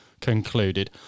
concluded